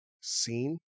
seen